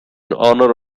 honor